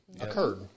occurred